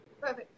Perfect